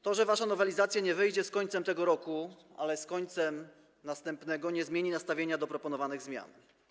To, że wasza nowelizacja nie wejdzie z końcem tego roku, ale z końcem następnego, nie zmieni nastawienia do proponowanych zmian.